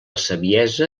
saviesa